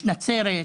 כמו נצרת,